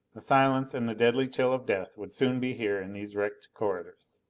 the silence and the deadly chill of death would soon be here in these wrecked corridors.